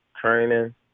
training